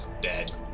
Dead